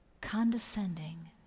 condescending